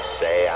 say